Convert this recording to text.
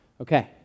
Okay